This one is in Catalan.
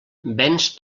venç